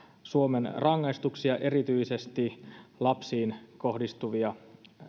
suomen rangaistuksia erityisesti lapsiin kohdistuvien